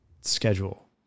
schedule